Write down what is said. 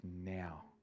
now